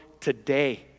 today